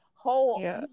whole